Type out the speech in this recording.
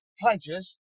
pledges